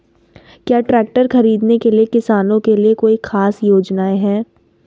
क्या ट्रैक्टर खरीदने के लिए किसानों के लिए कोई ख़ास योजनाएं हैं?